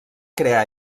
creà